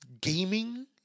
gaming